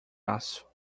aço